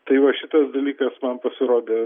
tai va šitas dalykas man pasirodė